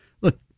look